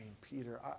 Peter